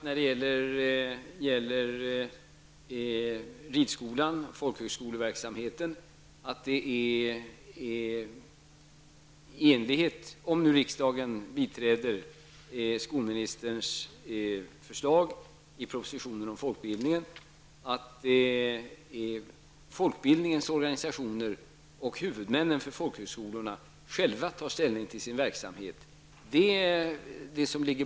När det gäller ridskolan och folkhögskoleverksamheten har jag också sagt, att om riksdagen biträder skolministerns förslag i proposition om folkbildningen, är det folkbildningens organisationer och huvudmännen för folkhögskolorna som själva skall ta ställning till sin verksamhet.